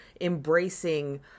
embracing